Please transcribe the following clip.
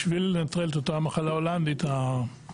בשביל לנטרל את אותה מחלה הולנדית בחוק